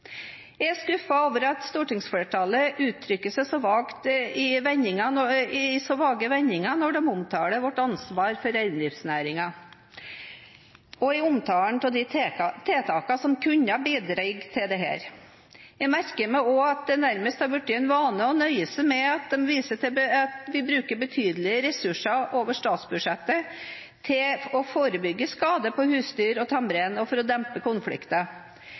Jeg er skuffet over at stortingsflertallet uttrykker seg i så vage vendinger når de omtaler vårt ansvar for reindriftsnæringen, og i omtalen av de tiltakene som kunne ha bidratt til dette. Jeg merker meg også at det nærmest har blitt en vane å nøye seg med å vise til at vi bruker betydelige ressurser over statsbudsjettet til å forebygge skader på husdyr og tamrein og for å dempe konflikter.